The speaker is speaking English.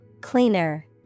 Cleaner